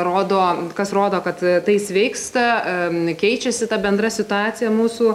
rodo kas rodo kad tai sveiksta keičiasi ta bendra situacija mūsų